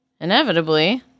inevitably